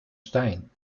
stijn